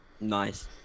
nice